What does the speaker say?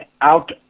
out